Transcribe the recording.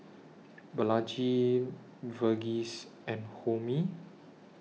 Balaji Verghese and Homi